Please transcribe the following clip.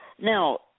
Now